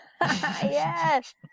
yes